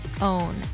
own